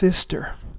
sister